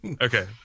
Okay